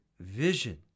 vision